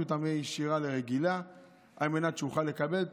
אותן מישירה לרגילה על מנת שאוכל לקבל,